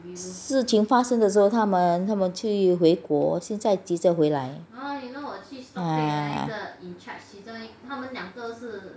事情发生的时候他们他们去回国现在急着回来 ha